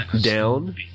down